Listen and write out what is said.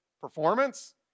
performance